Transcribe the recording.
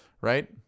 right